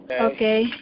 Okay